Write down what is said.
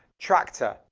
traktor,